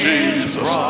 Jesus